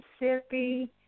Mississippi